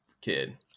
kid